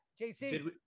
JC